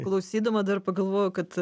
klausydama dar pagalvojau kad